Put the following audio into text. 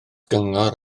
gyngor